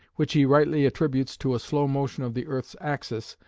which he rightly attributes to a slow motion of the earth's axis,